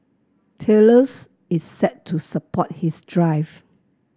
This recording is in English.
Thales is set to support his drive